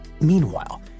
Meanwhile